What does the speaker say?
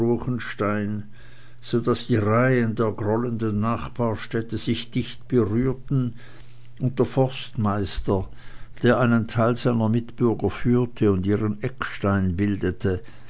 so daß die reihen der grollenden nachbarstädte sich dicht berührten und der forstmeister der einen teil seiner mitbürger führte und ihren eckstein bildete